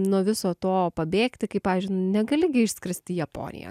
nuo viso to pabėgti kaip pavyzdžiui negali gi išskrist į japoniją